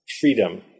freedom